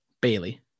Bailey